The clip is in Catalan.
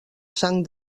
sang